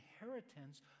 inheritance